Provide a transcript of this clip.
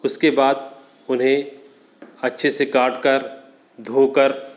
उसके बाद उन्हें अच्छे से काट कर धो कर